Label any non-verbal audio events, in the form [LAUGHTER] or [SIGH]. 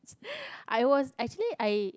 [LAUGHS] I was actually I